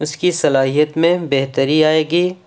اس کی صلاحیت میں بہتری آئے گی